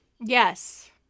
Yes